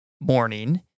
morning